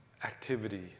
Activity